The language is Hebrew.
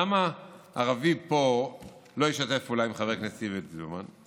למה ערבי פה לא ישתף פעולה עם חבר הכנסת איווט ליברמן?